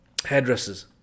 Hairdressers